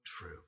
true